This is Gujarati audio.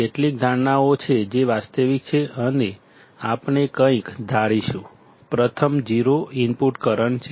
કેટલીક ધારણાઓ છે જે વાસ્તવિક છે અને આપણે કંઈક ધારીશું પ્રથમ 0 ઇનપુટ કરંટ છે